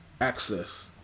access